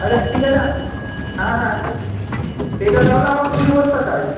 আচ্ছা ঠিক আছে হ্যাঁ হ্যাঁ এটা তাহলে আমার কুড়ি বস্তা চাই